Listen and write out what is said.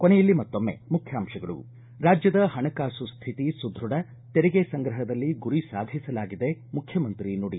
ಕೊನೆಯಲ್ಲಿ ಮತ್ತೊಮ್ಮೆ ಮುಖ್ಯಾಂಶಗಳು ರಾಜ್ಯದ ಹಣಕಾಸು ಸ್ಥಿತಿ ಸುಧೃಢ ತೆರಿಗೆ ಸಂಗ್ರಹದಲ್ಲಿ ಗುರಿ ಸಾಧಿಸಲಾಗಿದೆ ಮುಖ್ಯಮಂತ್ರಿ ನುಡಿ